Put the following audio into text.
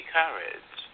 courage